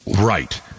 Right